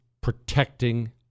protecting